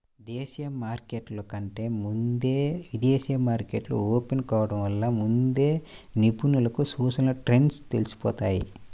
దేశీయ మార్కెట్ల కంటే ముందే విదేశీ మార్కెట్లు ఓపెన్ కావడం వలన ముందే నిపుణులకు సూచీల ట్రెండ్స్ తెలిసిపోతాయి